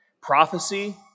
Prophecy